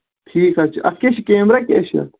ٹھیٖک حظ چھُ اَتھ کیٛاہ چھُ کیمرا کیٛاہ چھِ اَتھ